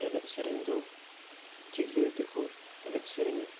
ᱮᱱᱮᱡ ᱥᱮᱨᱮᱧ ᱫᱚ ᱪᱤᱠᱟᱹ ᱛᱮᱠᱚ ᱮᱱᱮᱡ ᱥᱮᱨᱮᱧᱟ